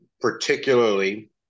particularly